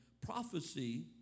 prophecy